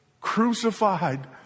crucified